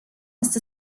ist